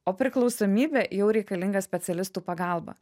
o priklausomybė jau reikalinga specialistų pagalba